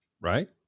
Right